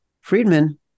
Friedman